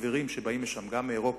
החברים שבאים לשם, גם מאירופה,